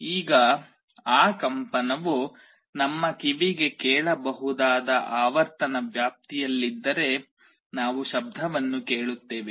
ಈಗ ಆ ಕಂಪನವು ನಮ್ಮ ಕಿವಿಗೆ ಕೇಳಬಹುದಾದ ಆವರ್ತನ ವ್ಯಾಪ್ತಿಯಲ್ಲಿದ್ದರೆ ನಾವು ಶಬ್ದವನ್ನು ಕೇಳುತ್ತೇವೆ